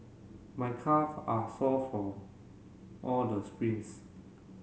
my calve are sore from all the sprints